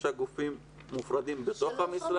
שלושה גופים מופרדים בתוך המשרד?